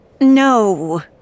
No